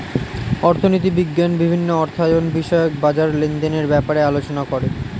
অর্থনীতি বিজ্ঞান বিভিন্ন অর্থায়ন বিষয়ক বাজার লেনদেনের ব্যাপারে আলোচনা করে